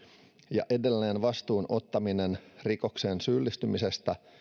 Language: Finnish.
ja edelleen vastuun ottaminen rikokseen syyllistymisestä